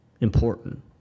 important